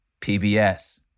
PBS